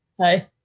Hi